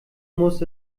muss